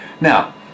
Now